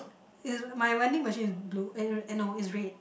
it's my vending machine is blue eh eh no it's red